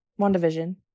WandaVision